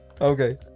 Okay